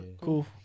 Cool